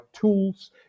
tools